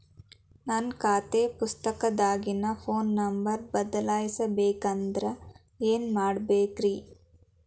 ನನ್ನ ಖಾತೆ ಪುಸ್ತಕದಾಗಿನ ಫೋನ್ ನಂಬರ್ ಬದಲಾಯಿಸ ಬೇಕಂದ್ರ ಏನ್ ಮಾಡ ಬೇಕ್ರಿ?